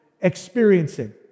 experiencing